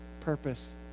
purpose